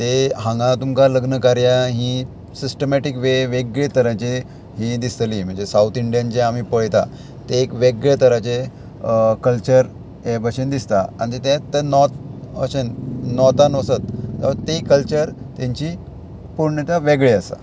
ते हांगा तुमकां लग्न कार्या ही सिस्टमॅटीक वेगळे तरांची ही दिसतली म्हणजे सावथ इंडियन जे आमी पळयता ते एक वेगळे तरांचे कल्चर हे भशेन दिसता आनी ते नॉत अशे नॉर्थान वसत ती कल्चर तेंची पूर्णता वेगळी आसा